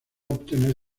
obtener